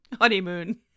honeymoon